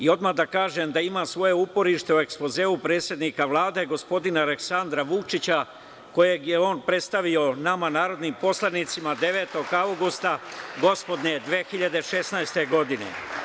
Odmah da kažem da ima svoje uporište u ekspozeu predsednika Vlade, gospodina Aleksandra Vučića, kojeg je on predstavio nama narodnim poslanicima 9. avgusta, gospodnje 2016. godine.